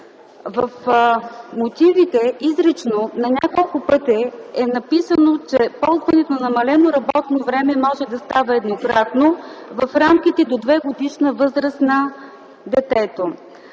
В мотивите изрично на няколко пъти е написано, че ползването на намалено работно време може да става еднократно, в рамките до 2-годишна възраст на детето.